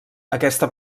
aquesta